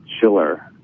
Schiller